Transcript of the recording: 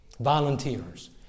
volunteers